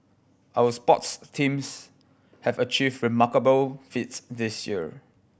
our sports teams have achieved remarkable feats this year